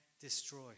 destroy